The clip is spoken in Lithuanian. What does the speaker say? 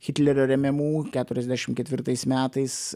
hitlerio remiamų keturiasdešim ketvirtais metais